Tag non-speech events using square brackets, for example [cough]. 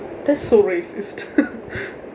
that's so racist [laughs]